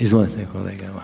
(SDP)**